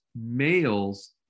males